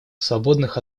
свободных